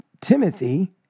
Timothy